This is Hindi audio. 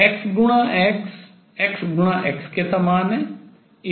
x गुणा x x गुणा x के समान है